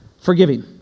forgiving